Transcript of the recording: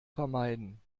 vermeiden